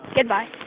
Goodbye